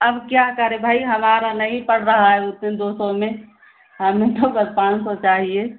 अब क्या करें भाई हमारा नहीं पड़ रहा है उतने दो सौ में हमें तो बस पाँच सौ चाहिए